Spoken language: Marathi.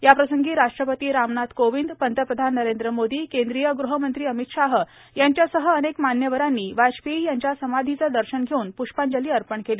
याप्रसंगी राष्ट्रपती रामनाथ कोविंद पंतप्रधान नरेंद्र मोदी केंद्रीय गृहमंत्री अमित शाह यांच्यासह अनेक मान्यवरांनी वाजपेयी यांच्या समाधीचं दर्शन घेऊन प्ष्पांजली अर्पण केली